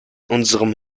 unserem